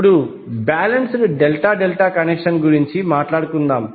ఇప్పుడు balanced ∆∆ connection గురించి మాట్లాడుకుందాం